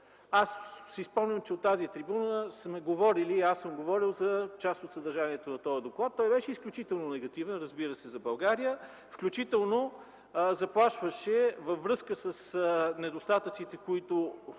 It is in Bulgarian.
г. Спомням си, че от тази трибуна сме говорили и аз съм говорил за част от съдържанието на този доклад. Той беше изключително негативен, разбира се, за България, включително заплашваше във връзка с недостатъците, които